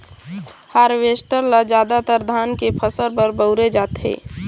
harvester ल जादातर धान के फसल बर बउरे जाथे